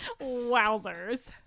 Wowzers